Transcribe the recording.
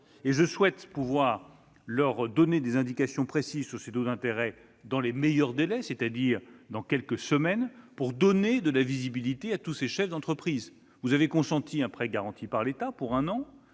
Je souhaite pouvoir donner des indications précises au sujet de ces taux d'intérêt dans les meilleurs délais, c'est-à-dire dans quelques semaines, pour apporter de la visibilité à tous ces chefs d'entreprise. Vous avez consenti un prêt garanti par l'État (PGE) pour une